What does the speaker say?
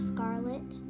Scarlet